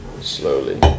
Slowly